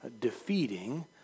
defeating